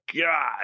God